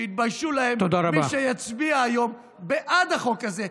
שיתביישו להם מי שיצביעו היום בעד החוק הזה,